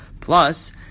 Plus